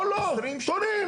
פה לא, קונים.